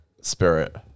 spirit